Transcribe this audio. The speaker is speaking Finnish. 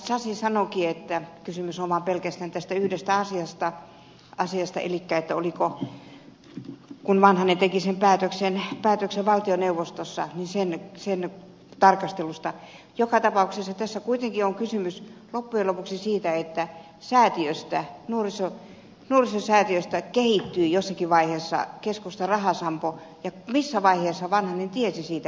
sasi sanoikin että kysymys on vaan pelkästään tästä yhdestä asiasta sen tarkastelusta kun vanhanen teki sen päätöksen valtioneuvostossa joka tapauksessa tässä kuitenkin on loppujen lopuksi kysymys siitä että nuorisosäätiöstä kehittyi jossakin vaiheessa keskustan rahasampo ja siitä missä vaiheessa vanhanen tiesi siitä